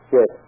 Yes